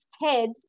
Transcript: head